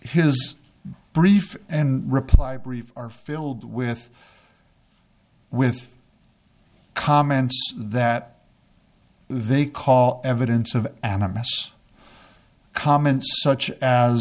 his brief and reply brief are filled with with comments that they call evidence of animists comments such as